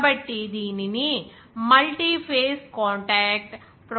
కాబట్టి దీనిని multi phase contact process అంటారు